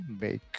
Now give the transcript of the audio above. make